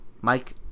Mike